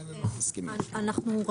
אני רק